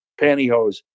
pantyhose